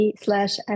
slash